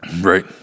right